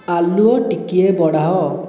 ଆଲୁଅ ଟିକିଏ ବଢ଼ାଅ